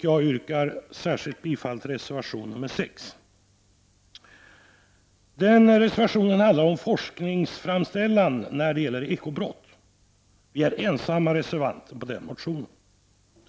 Jag yrkar särskilt bifall till reservation nr 6. Reservation nr 6 handlar om forskningsframställan när det gäller ekobrott. Vi står ensamma bakom denna reservation.